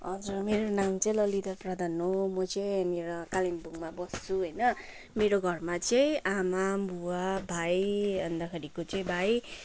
हजुर मेरो नाम चाहिँ ललिता प्रधान हो म चाहिँ यहाँनिर कालिम्पोङमा बस्छु होइन मेरो घरमा चाहिँ आमा बुबा भाइ अन्तखेरिको चाहिँ भाइ